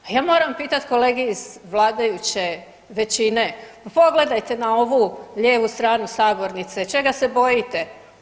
Pa ja moram pitati kolege iz vladajuće većine, pa pogledajte na ovu lijevu stranu sabornice, čega se bojite?